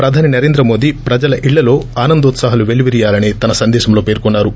ప్రధాని నరేంద్ర మోదీ ప్రజల ఇళ్లలో ఆనందోత్సాహాలు వెల్లివిరియాలని తన సందేశంలో పేర్కొన్సారు